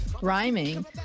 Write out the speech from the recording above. rhyming